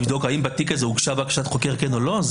לבדוק האם בתיק הזה הוגשה בקשת חוקר כן או לא?